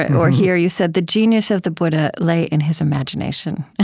and or here, you said, the genius of the buddha lay in his imagination.